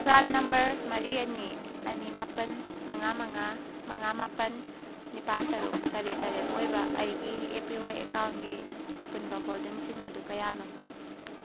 PRAN number ꯃꯔꯤ ꯑꯅꯤ ꯑꯅꯤ ꯃꯥꯄꯜ ꯃꯉꯥ ꯃꯉꯥ ꯃꯉꯥ ꯃꯥꯄꯜ ꯅꯤꯄꯥꯜ ꯇꯔꯨꯛ ꯇꯔꯦꯠ ꯇꯔꯦꯠ ꯑꯣꯏꯕ ꯑꯩꯒꯤ ꯑꯦ ꯄꯤ ꯌꯥꯏ ꯑꯦꯀꯥꯎꯟꯒꯤ ꯑꯄꯨꯟꯕ ꯍꯣꯜꯗꯤꯡꯁꯤꯡ ꯑꯗꯨ ꯀꯌꯥꯅꯣ